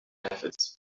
methods